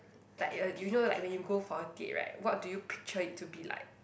like uh you know like when you go for a date right what do you picture it to be like